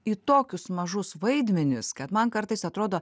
į tokius mažus vaidmenis kad man kartais atrodo